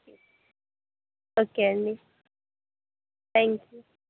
okay అండి thank you